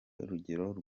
rugero